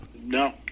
No